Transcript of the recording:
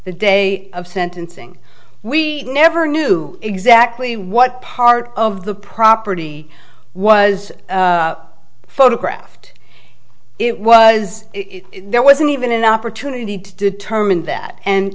the day of sentencing we never knew exactly what part of the property was photographed it was there wasn't even an opportunity to determine that